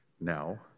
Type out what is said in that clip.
Now